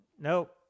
nope